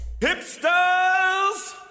Hipsters